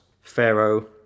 Pharaoh